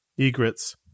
Egrets